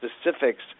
specifics